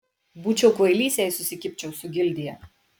būčiau kvailys jei susikibčiau su gildija